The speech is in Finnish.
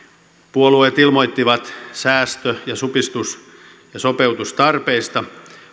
puolueet ilmoittivat säästö ja supistus ja sopeutustarpeista